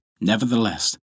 Nevertheless